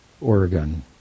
Oregon